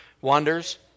wonders